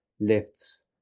lifts